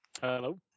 hello